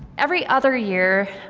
every other year,